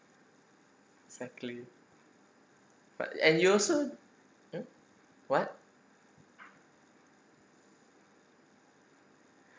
exactly but and you also hmm what